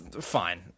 fine